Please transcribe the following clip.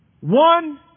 One